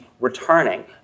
returning